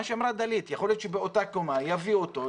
יכול להיות שבאותה קומה יביאו אותו,